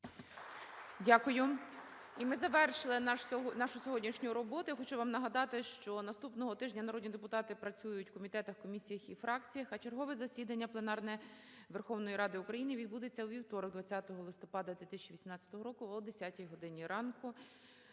Дякую. І ми завершили нашу сьогоднішню роботу. Я хочу вам нагадати, що наступного тижня народні депутати працюють у комітетах, комісіях і фракціях. А чергове засідання пленарне Верховної Ради України відбудеться у вівторок 20 листопада 2018 року о 10 годині ранку.